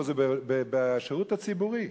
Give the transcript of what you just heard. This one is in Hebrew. זה בשירות הציבורי.